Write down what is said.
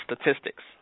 statistics